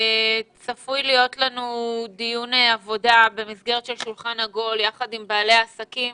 צפוי להיות לנו דיון עבודה במסגרת של שולחן עגול יחד עם בעלי העסקים.